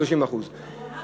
30%. הוא אמר,